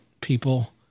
people